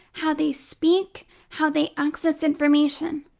how they speak how they access information.